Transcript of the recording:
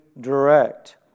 direct